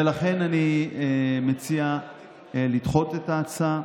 ולכן אני מציע לדחות את ההצעה,